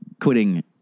quitting